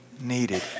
needed